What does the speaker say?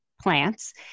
plants